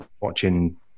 watching